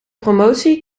promotie